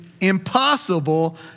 impossible